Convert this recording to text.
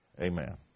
Amen